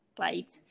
right